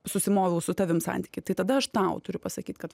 susimoviau su tavim santykiai tai tada aš tau turiu pasakyt kad